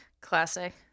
Classic